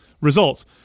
results